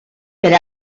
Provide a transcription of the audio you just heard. per